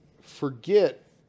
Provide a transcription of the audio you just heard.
forget